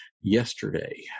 yesterday